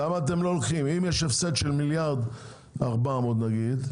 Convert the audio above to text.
אם יש הפסד של 1.4 מיליארד,